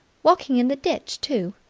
walking in the ditch too!